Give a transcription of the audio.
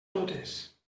totes